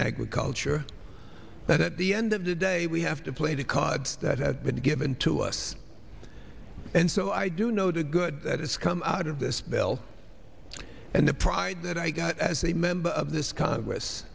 agriculture but at the end of the day we have to play the cards that have been given to us and so i do know the good that has come out of this bill and the pride that i got as a member of this congress